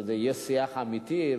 שזה יהיה שיח אמיתי.